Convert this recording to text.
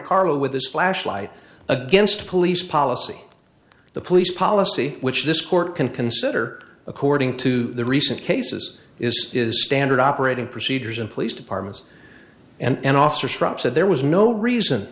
car with his flashlight against police policy the police policy which this court can consider according to the recent cases is is standard operating procedures and police departments and officer shrub said there was no reason